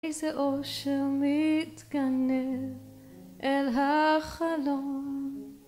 איזה אושר מתגנב אל החלון